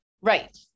Right